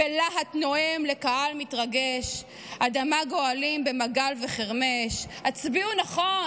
// בלהט נואם לקהל מתרגש / אדמה גואלים במגל וחרמש / הצביעו נכון,